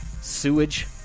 sewage